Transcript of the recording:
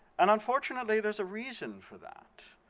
and unfortunately there's a reason for that.